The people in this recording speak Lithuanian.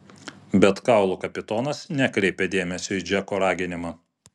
bet kaulų kapitonas nekreipė dėmesio į džeko raginimą